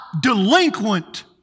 delinquent